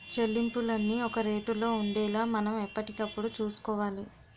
చెల్లింపులన్నీ ఒక రేటులో ఉండేలా మనం ఎప్పటికప్పుడు చూసుకోవాలి